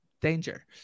Danger